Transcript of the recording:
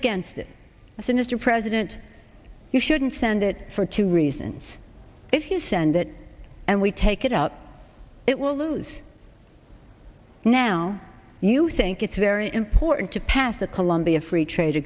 against a sinister president you shouldn't send it for two reasons if you send it and we take it out it will lose now now you think it's very important to pass the colombia free trade